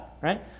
right